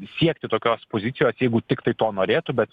siekti tokios pozicijos jeigu tiktai to norėtų bet